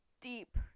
deep